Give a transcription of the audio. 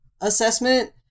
assessment